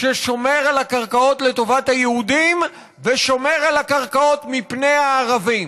ששומר על הקרקעות לטובת היהודים ושומר על הקרקעות מפני הערבים.